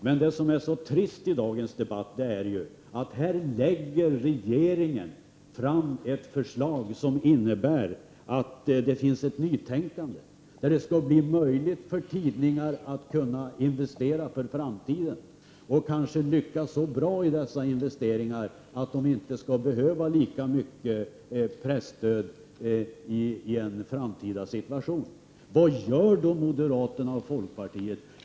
Regeringen lägger nu fram ett förslag som innebär att det finns ett nytänkande och att det skall bli möjligt för tidningar att investera för framtiden och kanske lyckas så bra med investeringarna att de inte skall behöva lika mycket presstöd framöver. Det tråkiga i dagens debatt är reaktionerna på detta förslag. Vad gör moderaterna och folkpartiet?